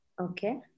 Okay